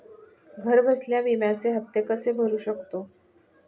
घरबसल्या विम्याचे हफ्ते कसे भरू शकतो?